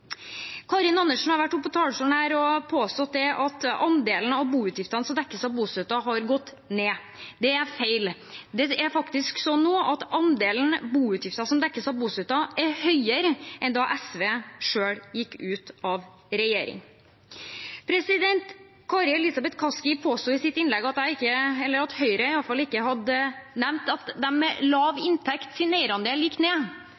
Karin Andersen har vært oppe på denne talerstolen og påstått at andelen av boutgiftene som dekkes av bostøtten, har gått ned. Det er feil. Det er faktisk slik nå at andelen boutgifter som dekkes av bostøtten, er høyere enn da SV selv gikk ut av regjering. Kari Elisabeth Kaski påsto i sitt innlegg at Høyre ikke hadde nevnt at eierandelen til dem med lav inntekt gikk ned.